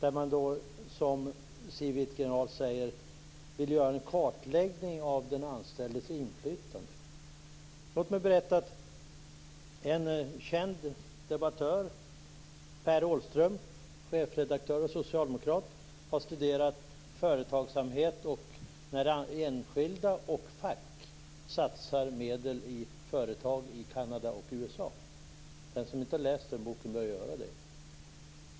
Som Siw Wittgren-Ahl sade vill man göra en kartläggning av den anställdes inflytande. Låt mig berätta att Per Åhlström, känd debattör, chefredaktör och socialdemokrat, har studerat företagsamhet när enskilda och fackförbund satsar medel i företag i Kanada och USA. Den som inte har läst hans bok bör göra det.